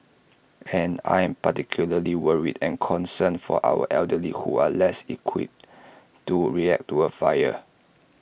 and I'm particularly worried and concerned for our elderly who are less equipped to react to A fire